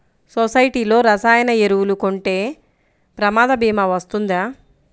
సొసైటీలో రసాయన ఎరువులు కొంటే ప్రమాద భీమా వస్తుందా?